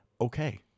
Okay